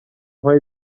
های